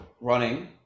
running